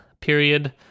period